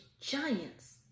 giants